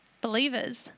believers